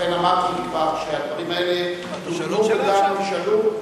לכן אמרתי כבר שהדברים האלה נשאלו גם נשאלו,